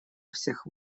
всех